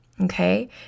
Okay